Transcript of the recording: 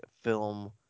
film